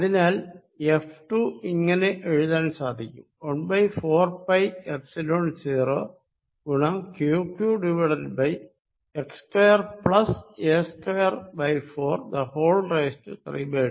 അതിനാൽ F2 ഇങ്ങനെ എഴുതാൻ സാധിക്കും 1 4πϵ0 ഗുണം Qqx2 a2432